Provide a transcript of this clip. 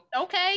Okay